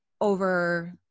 over